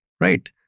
right